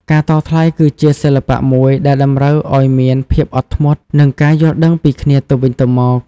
ការតថ្លៃគឺជាសិល្បៈមួយដែលតម្រូវឲ្យមានភាពអត់ធ្មត់ និងការយល់ដឹងពីគ្នាទៅវិញទៅមក។